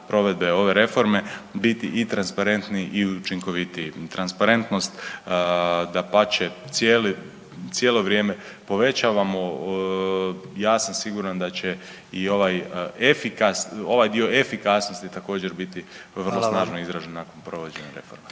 provedbe ove reforme biti i transparentniji i učinkovitiji. Transparentnost dapače cijelo vrijeme povećavamo, ja sam siguran da će i ovaj dio efikasnosti također biti vrlo …/Upadica predsjednik: